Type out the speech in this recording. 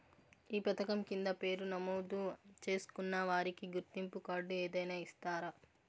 ఈ పథకం కింద పేరు నమోదు చేసుకున్న వారికి గుర్తింపు కార్డు ఏదైనా ఇస్తారా?